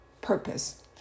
purpose